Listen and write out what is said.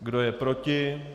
Kdo je proti?